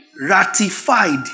ratified